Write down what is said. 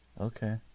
Okay